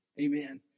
Amen